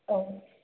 औ